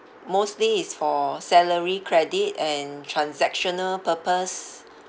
mostly is for salary credit and transactional purpose